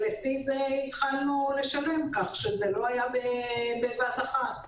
לפי זה התחלנו לשלם, כך שזה לא היה בבת אחת.